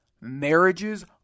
Marriages